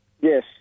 Yes